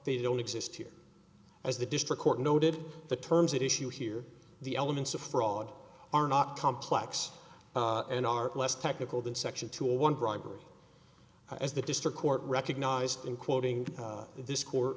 they don't exist here as the district court noted the terms that issue here the elements of fraud are not complex and are less technical than section two one bribery as the district court recognized in quoting this co